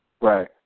Right